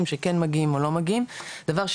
למלא טופס כל כך עתיק עם